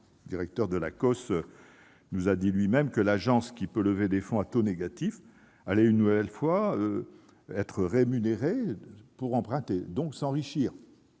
le directeur de l'Acoss nous a dit lui-même que l'Agence, qui peut lever des fonds à taux négatif, allait une nouvelle fois être rémunérée pour emprunter, donc s'enrichir.